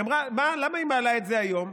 היא אמרה למה היא מעלה את זה היום.